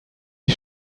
die